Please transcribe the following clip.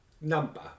number